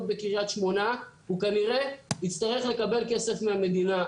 בקריית שמונה הוא כנראה יצטרך לקבל כסף מהמדינה.